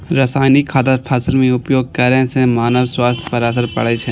रासायनिक खादक फसल मे उपयोग करै सं मानव स्वास्थ्य पर असर पड़ै छै